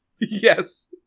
Yes